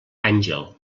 àngel